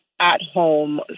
at-home